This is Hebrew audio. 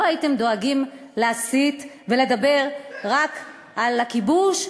לא הייתם דואגים להסית ולדבר רק על הכיבוש,